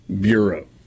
Bureau